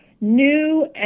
new